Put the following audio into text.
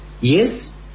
yes